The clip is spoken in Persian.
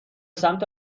سمت